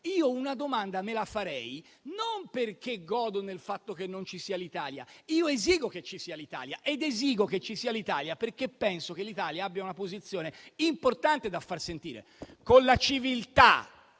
io una domanda me la farei non perché godo nel fatto che non ci sia l'Italia, io esigo che ci sia l'Italia ed esigo che ci sia l'Italia perché penso che abbia una posizione importante da far sentire, con la civiltà